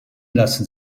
lassen